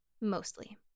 Mostly